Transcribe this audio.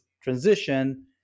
transition